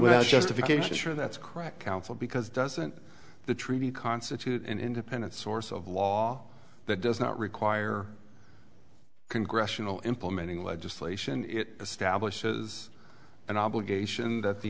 without justification sure that's correct counsel because doesn't the treaty constitute an independent source of law that does not require congressional implementing legislation it establishes an obligation that the